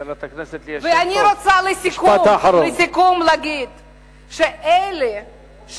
אני רוצה לסיכום להגיד שאלה,